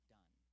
done